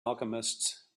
alchemists